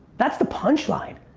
that's the punchline.